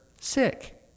sick